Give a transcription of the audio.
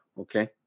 Okay